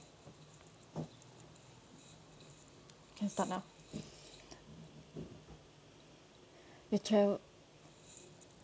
can start now you travel